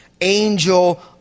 angel